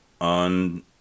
on